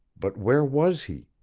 but where was he?